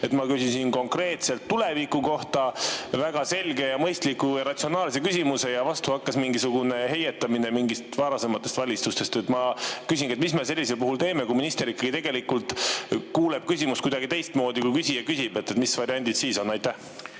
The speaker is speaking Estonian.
Ma küsisin konkreetselt tuleviku kohta väga selge ja mõistliku ja ratsionaalse küsimuse, aga vastu hakkas mingisugune heietamine mingitest varasematest valitsustest. Ma küsingi, mis me sellisel puhul teeme, kui minister ikkagi tegelikult kuuleb küsimust kuidagi teistmoodi, kui küsija küsib. Mis variandid siis on? Aitäh!